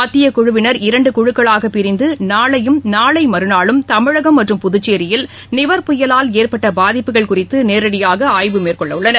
மத்தியக்குழுவினர் இரண்டுகுழுக்களாகப் பிரிந்துநாளையும் நாளைமறுநாளும் தமிழகம் மற்றும் புதுச்சேரியில் நிவர் புயலால் ஏற்பட்டபாதிப்புகள் குறித்துநேரடியாகஆய்வு மேற்கொள்ளஉள்ளனர்